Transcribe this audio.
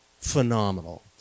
phenomenal